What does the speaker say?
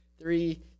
Three